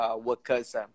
workers